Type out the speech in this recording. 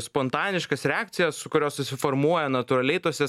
spontaniškas reakcijas kurios susiformuoja natūraliai tose